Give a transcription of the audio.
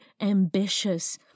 ambitious